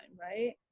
right